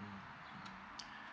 mm